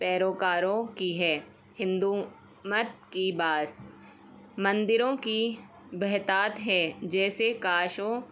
پیروکاروں کی ہے ہندو مت کی باعث مندروں کی بہتات ہے جیسے کاشی